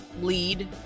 lead